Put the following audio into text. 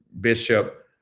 bishop